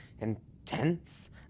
intense